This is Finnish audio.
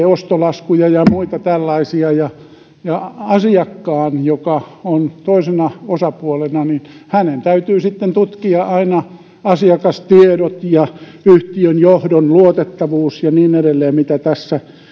ostolaskuja ja muita tällaisia ja ja asiakkaan joka on toisena osapuolena täytyy sitten tutkia aina asiakastiedot ja yhtiön johdon luotettavuus ja niin edelleen mitä tässä